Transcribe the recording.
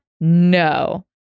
No